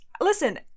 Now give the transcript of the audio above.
listen